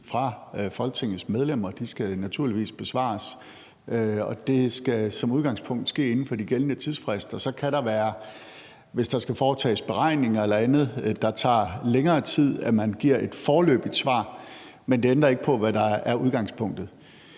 af Folketingets medlemmer, naturligvis skal besvares, og det skal som udgangspunkt ske inden for de gældende tidsfrister. Så kan der, hvis der skal foretages beregninger eller andet, der tager længere tid, gives et foreløbigt svar, men det ændrer ikke på, hvad der er udgangspunktet.